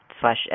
slash